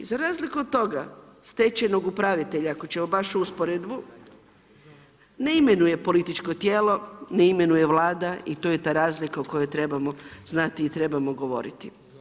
Za razliku od toga stečajnog upravitelja, ako ćemo baš usporedbu, ne imenuje političko tijelo, ne imenuje Vlada i to je ta razlika o kojoj trebamo znati i o kojoj trebamo govoriti.